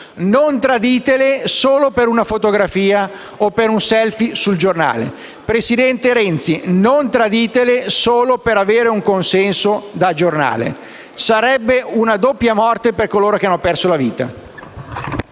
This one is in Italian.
Non traditele solo per una fotografia o per un *selfie* sul giornale. Presidente Renzi, non traditele solo per avere un consenso da giornale: sarebbe una doppia morte per coloro che hanno perso la vita.